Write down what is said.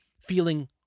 feeling